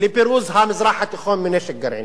לפירוז המזרח התיכון מנשק גרעיני.